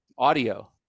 audio